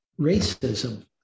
racism